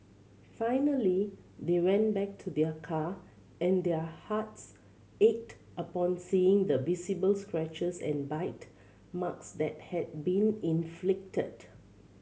finally they went back to their car and their hearts ached upon seeing the visible scratches and bite marks that had been inflicted